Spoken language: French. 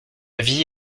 vie